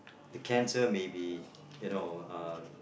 the cancer may be you know uh